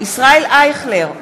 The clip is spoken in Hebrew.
ישראל אייכלר,